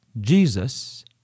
Jesus